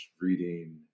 reading